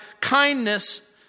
kindness